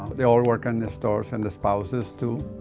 they all work on the stores and the spouses, too.